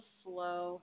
slow